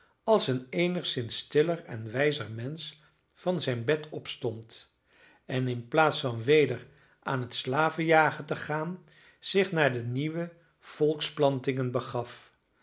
als een eenigszins stiller en wijzer mensch van zijn bed opstond en in plaats van weder aan het slaven jagen te gaan zich naar de nieuwe volksplantingen begaf